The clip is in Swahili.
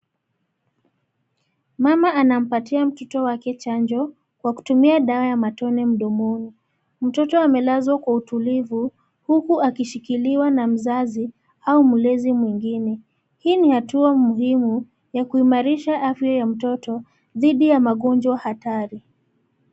Mama anampatia mtoto wake chanjo kwa kutumia dawa ya matone mdomoni. Mtoto amelazwa kwa utulivu, huku akishikiliwa na mzazi au mlezi mwingine. Hii ni hatua muhimu ya kuimarisha afya ya mtoto dhidi ya magonjwa hatari.